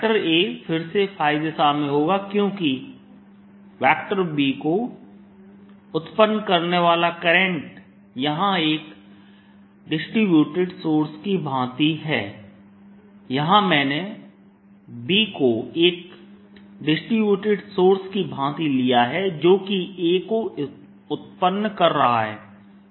A फिर से दिशा में होगा क्योंकि B को उत्पन्न करने वाला करंट यहां एक डिस्ट्रीब्यूटिड सोर्स की भांति है यहाँ मैंने B को एक डिस्ट्रीब्यूटिड सोर्स की भांति लिया है जो कि A को उत्पन्न कर रहा है